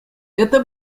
это